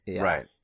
Right